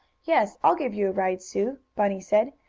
yes, i'll give you a ride, sue, bunny said.